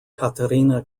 katarina